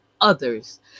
others